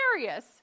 hilarious